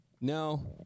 No